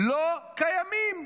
לא קיימים.